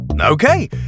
Okay